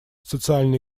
социально